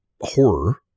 horror